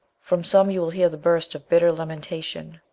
from some you will hear the burst of bitter lamentation,